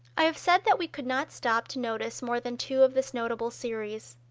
i have said that we could not stop to notice more than two of this notable series.